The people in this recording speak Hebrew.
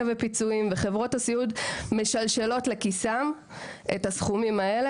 ופיצויים; חברות הסיעוד משלשלות לכיסן את הסכומים האלה,